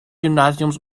gymnasiums